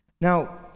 Now